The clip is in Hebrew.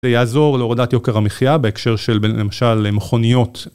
זה יעזור להורדת יוקר המחיה בהקשר של בממשל מכוניות.